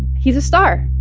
he's a star